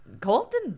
Colton